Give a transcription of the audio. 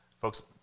Folks